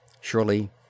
SURELY